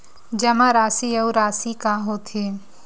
जमा राशि अउ राशि का होथे?